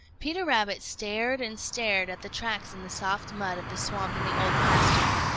peter rabbit stared and stared at the tracks in the soft mud of the swamp in the old pasture.